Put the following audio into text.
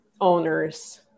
owners